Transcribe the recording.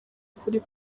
ukuri